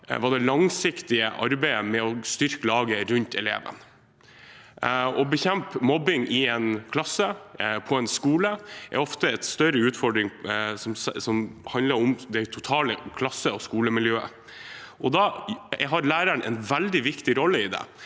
var det langsiktige arbeidet med å styrke laget rundt eleven. Å bekjempe mobbing i en klasse, på en skole, er ofte en større utfordring som handler om det totale klasse- og skolemiljøet. Læreren har en veldig viktig rolle i det,